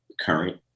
current